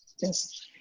yes